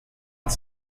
ett